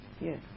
Yes